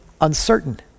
uncertain